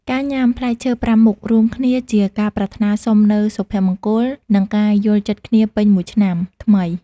ការញ៉ាំ "ផ្លែឈើប្រាំមុខ" រួមគ្នា ជាការប្រាថ្នាសុំនូវសុភមង្គល និងការយល់ចិត្តគ្នាពេញមួយឆ្នាំថ្មី។